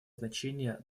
значение